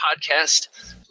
Podcast